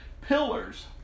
pillars